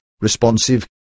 responsive